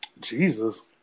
Jesus